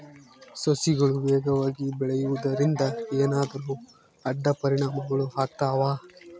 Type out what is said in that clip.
ಸಸಿಗಳು ವೇಗವಾಗಿ ಬೆಳೆಯುವದರಿಂದ ಏನಾದರೂ ಅಡ್ಡ ಪರಿಣಾಮಗಳು ಆಗ್ತವಾ?